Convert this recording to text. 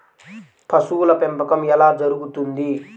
పశువుల పెంపకం ఎలా జరుగుతుంది?